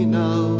now